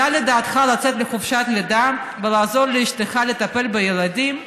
עלה בדעתך לצאת לחופש לידה ולעזור לאשתך לטפל בילדים?